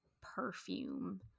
perfume